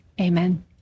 Amen